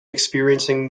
experiencing